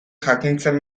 jakintzen